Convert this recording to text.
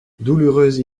douloureuse